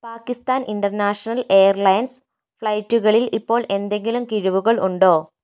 Pakistan International Airlines ഫ്ലൈറ്റുകളിൽ ഇപ്പോൾ എന്തെങ്കിലും കിഴിവുകൾ ഉണ്ടോ